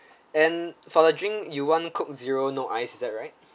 and for the drink you want coke zero no ice is that right